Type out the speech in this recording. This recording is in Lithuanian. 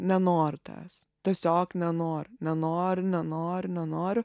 nenoriu tavęs tiesiog nenoriu nenoriu nenoriu nenoriu